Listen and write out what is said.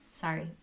Sorry